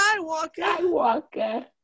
Skywalker